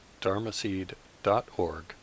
dharmaseed.org